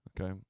Okay